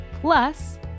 Plus